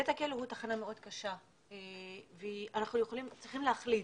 בית הכלא הוא תחנה מאוד קשה ואנחנו צריכים להחליט,